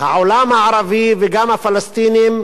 העולם הערבי וגם הפלסטינים,